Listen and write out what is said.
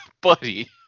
Buddy